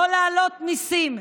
לא להעלות מיסים,